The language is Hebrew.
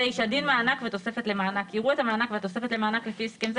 9. דין מענק ותוספת למענק יראו את המענק והתוספת למענק לפי הסכם זה